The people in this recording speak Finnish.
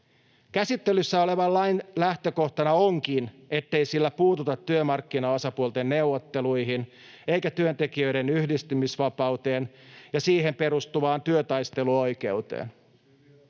Käsittelyssä olevan lain lähtökohtana onkin, ettei sillä puututa työmarkkinaosapuolten neuvotteluihin eikä työntekijöiden yhdistymisvapauteen ja siihen perustuvaan työtaisteluoikeuteen.